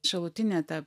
šalutinė ta